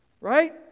right